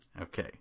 okay